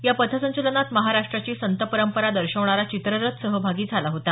या पथसंचलनात महाराष्ट्राची संतपरंपरा दर्शवणारा चित्ररथ सहभागी झाला होता